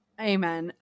Amen